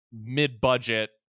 mid-budget